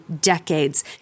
decades